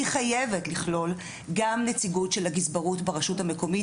גם נציגות של הגזברות ברשות המקומית,